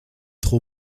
trop